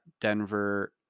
Denver